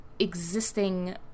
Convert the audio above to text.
existing